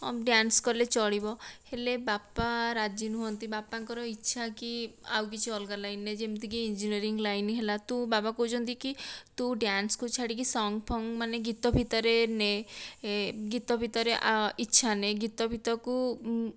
dance କଲେ ଚଳିବ ହେଲେ ବାପା ରାଜି ନୁହଁନ୍ତି ବାପାଙ୍କର ଇଛା କି ଆଉ କିଛି ଅଲଗା ଲାଇନ୍ରେ ଯେମିତି କି ଇଞ୍ଜିନିୟରିଙ୍ଗ ଲାଇନ୍ ହେଲା ତୁ ବାବା କହୁଛନ୍ତି କି ତୁ ଡ୍ୟାନ୍ସକୁ ଛାଡ଼ିକି ସଙ୍ଗ ଫଙ୍ଗ ଗୀତ ଫୀତରେ ନେ ଏ ଗୀତ ଫୀତରେ ଇଛା ନେ ଗୀତ ଫୀତକୁ